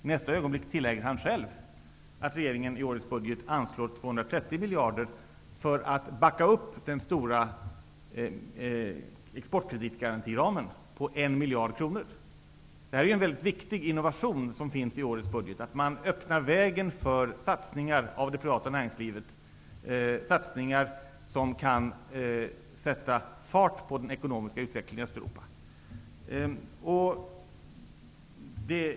I nästa ögonblick tillägger han själv att regeringen i årets budget anslår 230 miljoner för att backa upp den stora exportkreditgarantiramen på 1 miljard kronor. Det här en mycket viktig innovation som finns i årets budget. Man öppnar vägen för satsningar av det privata näringslivet som kan sätta fart på den ekonomiska utvecklingen i Östeuropa.